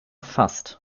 fast